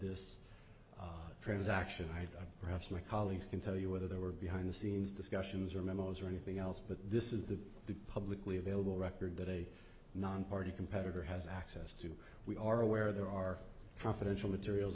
this transaction i've got perhaps my colleagues can tell you whether they were behind the scenes discussions or memos or anything else but this is the the publicly available record that a non party competitor has access to we are aware there are confidential material